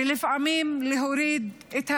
ולפעמים להוריד את החיג'אב,